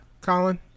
Colin